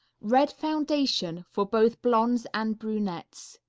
red foundation, for both blondes and brunettes.